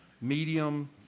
medium